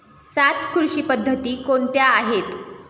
सात कृषी पद्धती कोणत्या आहेत?